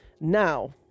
Now